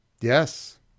Yes